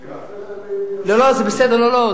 לא, לא, זה בסדר.